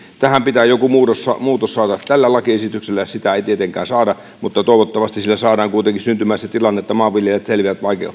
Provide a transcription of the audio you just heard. tähän pitää joku muutos saada tällä lakiesityksellä sitä ei tietenkään saada mutta toivottavasti sillä saadaan kuitenkin syntymään se tilanne että maanviljelijät selviävät